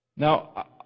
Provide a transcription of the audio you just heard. Now